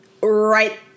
right